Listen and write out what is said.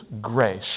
grace